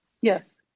Yes